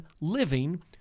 living